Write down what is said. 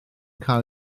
cael